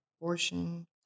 Abortion